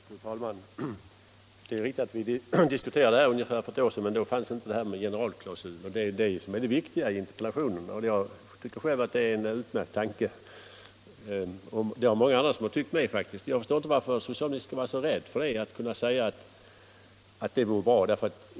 Fru talman! Det är riktigt att vi diskuterade den här frågan för ungefär ett år sedan, men då fanns det inte med någonting om en generalklausul, och det är detta som är det viktiga i interpellationen. Jag tycker själv att det är en utmärkt tanke, och många andra har faktiskt tyckt det också. Jag förstår inte varför socialministern skall behöva vara så rädd för att säga att en sådan klausul kan vara bra.